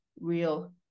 real